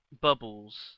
Bubbles